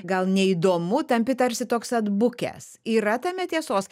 gal neįdomu tampi tarsi toks atbukęs yra tame tiesos